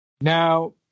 Now